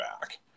back